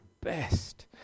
best